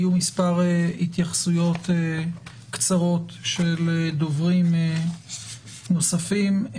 מספר התייחסויות קצרות של דוברים נוספים,